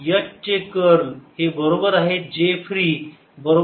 तर H चे curl हे बरोबर आहे J फ्री बरोबर आहे 0